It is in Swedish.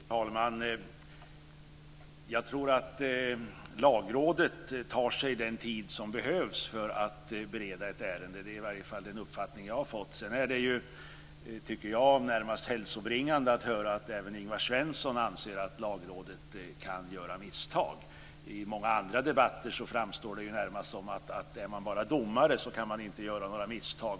Fru talman! Jag tror att Lagrådet tar sig den tid som behövs för att bereda ett ärende. Det är i varje fall den uppfattning jag har fått. Sedan är det, tycker jag, närmast hälsobringande att höra att även Ingvar Svensson anser att Lagrådet kan göra misstag. I många andra debatter framstår det närmast som att är man bara domare kan man inte göra några misstag.